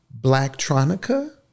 Blacktronica